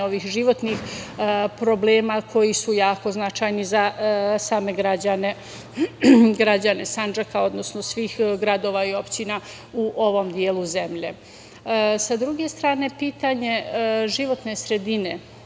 ovih životnih problema koji su jako značajni za same građane Sandžaka, odnosno svih gradova i opština u ovom delu zemlje. Sa druge strane, pitanje životne sredine,